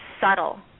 subtle